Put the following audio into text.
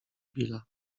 billa